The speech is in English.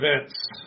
events